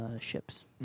ships